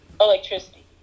electricity